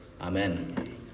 Amen